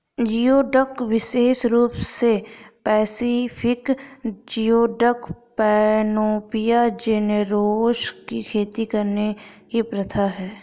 geoduck विशेष रूप से पैसिफिक जियोडक, पैनोपिया जेनेरोसा की खेती करने की प्रथा है